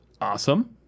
awesome